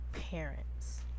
parents